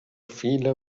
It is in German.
viele